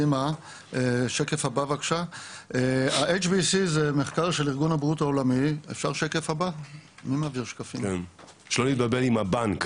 ה HBSC זה מחקר של ארגון הבריאות העולמי- - שלא נתבלבל עם הבנק,